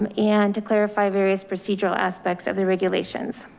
um and to clarify various procedural aspects of the regulations.